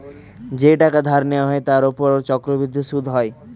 যেই টাকা ধার নেওয়া হয় তার উপর চক্রবৃদ্ধি সুদ হয়